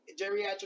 geriatric